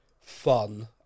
fun